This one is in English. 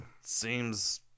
seems